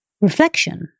reflection